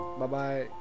Bye-bye